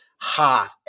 heart